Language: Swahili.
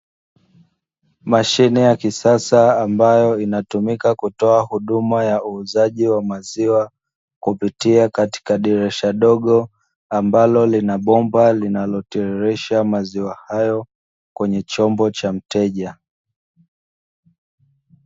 Mashine ya kisasa ambayo inatumika kutoa huduma ya uuzaji wa maziwa, kupitia katika dirisha dogo ambalo lina bomba linalotiririsha maziwa hayo kwenye chombo cha mteja.